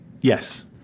Yes